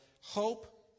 hope